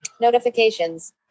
notifications